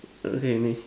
okay next